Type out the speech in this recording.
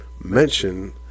mention